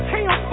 Hey